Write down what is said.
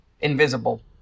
invisible